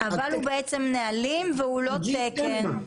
--- אבל הוא בעצם נהלים והוא לא תקן,